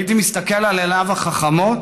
הייתי מסתכל על עיניו החכמות